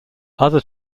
other